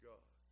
God